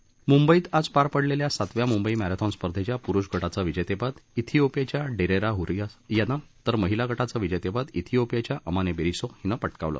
मुंबई मध्यॉन मुंबईतआज पार पडलेल्या सातव्या मुंबई मध्यॉन स्पर्धेच्या प्रुष गावं विजेतेपद थियोपियाच्या डेरेरा हुरीसा यानं तर महिला गामंविजेतेपद ाश्रियोपियाच्या अमाने बेरिसो हिनं पाक्रिावलं